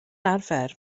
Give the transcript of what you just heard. arfer